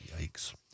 yikes